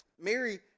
Mary